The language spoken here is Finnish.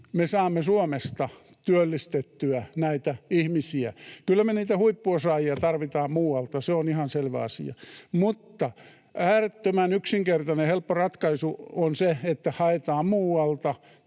me saamme Suomesta työllistettyä näitä ihmisiä. Kyllä me niitä huippuosaajia tarvitaan muualta, se on ihan selvä asia, mutta äärettömän yksinkertainen ja helppo ratkaisu on se, että haetaan muualta